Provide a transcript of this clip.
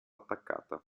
attaccata